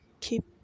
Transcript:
keep